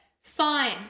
fine